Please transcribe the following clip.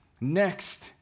Next